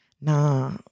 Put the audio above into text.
nah